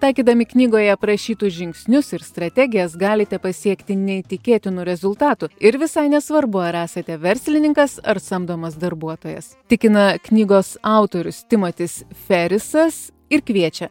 taikydami knygoje aprašytus žingsnius ir strategijas galite pasiekti neįtikėtinų rezultatų ir visai nesvarbu ar esate verslininkas ar samdomas darbuotojas tikina knygos autorius timotis ferisas ir kviečia